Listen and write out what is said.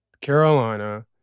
Carolina